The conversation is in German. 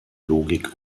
logik